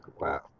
Wow